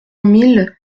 mille